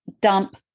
dump